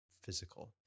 physical